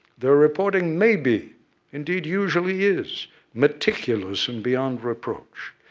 their reporting may be indeed, usually is meticulous and beyond reproach.